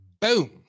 Boom